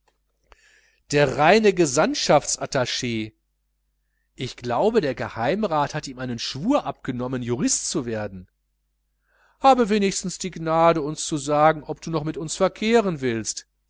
der reine gesandtschaftsattach ich glaube der geheimrat hat ihm einen schwur abgenommen jurist zu werden habe wenigstens die gnade uns zu sagen ob du noch mit uns verkehren willst